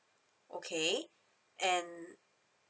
okay and